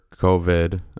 COVID